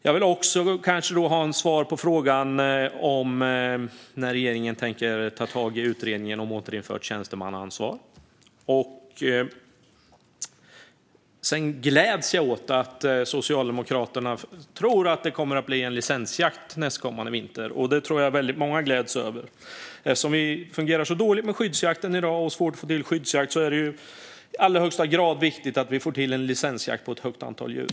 Jag skulle också vilja ha svar på frågan när regeringen tänker ta tag i utredningen om återinförande av tjänstemannaansvar. Sedan gläds jag över att Socialdemokraterna tror att det kommer att bli en licensjakt nästkommande vinter. Det tror jag att väldigt många gläds över. Eftersom det fungerar så dåligt med skyddsjakten i dag och det är så svårt att få till skyddsjakt är det i allra högsta grad viktigt att vi får till en licensjakt på ett stort antal djur.